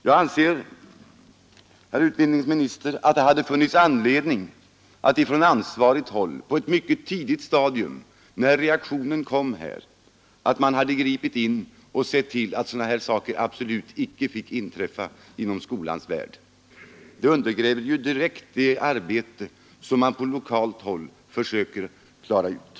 Jag anser, herr utbildningsminister, att det hade funnits anledning att från ansvarigt håll på ett mycket tidigt stadium, när reaktionen kom, gripa in och se till att sådana här saker absolut icke fick inträffa inom skolans värld. Det undergräver direkt det arbete som man på lokalt håll försöker klara av.